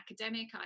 academic